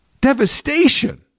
devastation